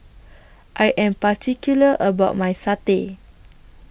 I Am particular about My Satay